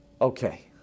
Okay